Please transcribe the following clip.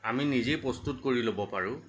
আমি নিজে প্ৰস্তুত কৰি ল'ব পাৰোঁ